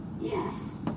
Yes